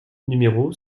numéro